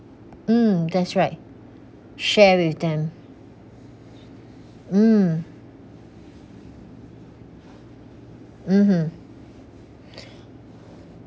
mm that's right share with them mm mmhmm